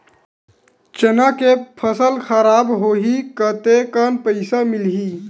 चना के फसल खराब होही कतेकन पईसा मिलही?